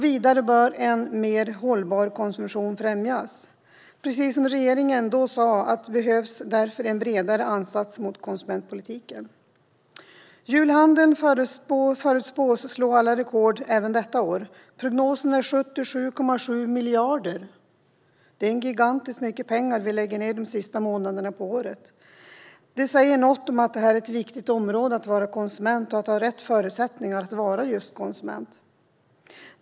Vidare bör en mer hållbar konsumtion främjas. Precis som regeringen då sa behövs därför en bredare ansats mot konsumentpolitiken. Julhandeln förutspås slå alla rekord även detta år. Prognosen är 77,7 miljarder. Det är gigantiskt mycket pengar som vi lägger ned under årets sista månader. Det säger något om hur viktigt området är att vara konsument och att ha rätt förutsättningar att vara just konsument.